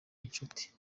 inshuti